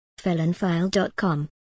felonfile.com